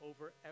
over